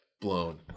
blown